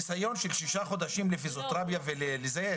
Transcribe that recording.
ניסיון של שישה חודשים לפיזיותרפיה ולזה?